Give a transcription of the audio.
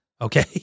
okay